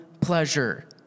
pleasure